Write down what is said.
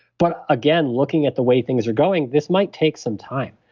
but again, looking at the way things are going, this might take some time.